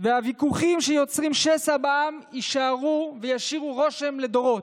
והוויכוחים שיוצרים שסע בעם יישארו וישאירו רושם לדורות.